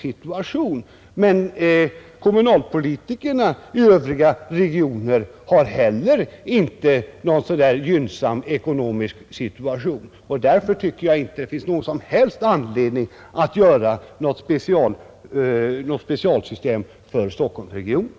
Situationen för kommunalpolitikerna i övriga regioner är inte heller särskilt gynnsam, och därför tycker jag som sagt att det inte finns någon som helst anledning att införa något speciellt system för Stockholmsregionen.